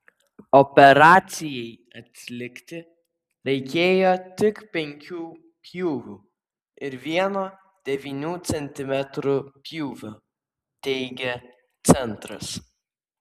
operacijai atlikti reikėjo tik penkių pjūvių ir vieno devynių centimetrų pjūvio teigia centras